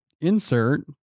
insert